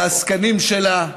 על העסקנים שלה,